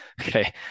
okay